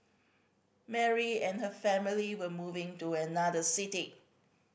Mary and her family were moving to another city